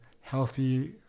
healthy